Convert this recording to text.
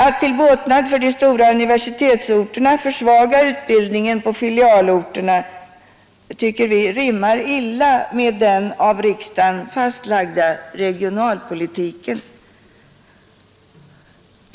Att till båtnad för de stora universitetsorterna försämra utbildningen på filialorterna tycker vi rimmar illa med den av riksdagen fastlagda regionalpolitiken.